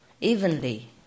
evenly